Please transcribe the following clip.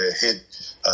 hit